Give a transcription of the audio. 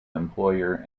employer